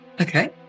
Okay